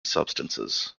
substances